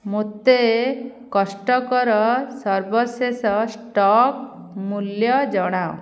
ମୋତେ କଷ୍ଟ୍କୋର ସର୍ବଶେଷ ଷ୍ଟକ୍ ମୂଲ୍ୟ ଜଣାଅ